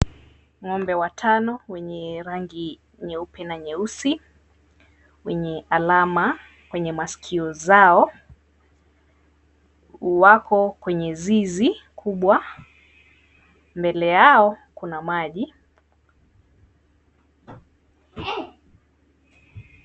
Ng'ombe watano, wenye rangi nyeupe na nyeusi, wenye alama kwenye maskio zao. Wako kwenye zizi kubwa. Mbele yao kuna maji.